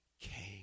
Came